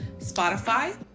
Spotify